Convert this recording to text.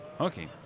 Okay